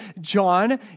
John